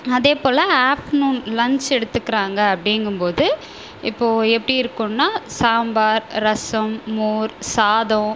அதே போல் afternoon lunch எடுத்துக்குறாங்க அப்படிங்கும் போது இப்போ எப்படி இருக்குன்னா சாம்பார் ரசம் மோர் சாதம்